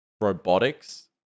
robotics